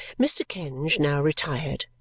mr. kenge now retired,